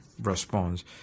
response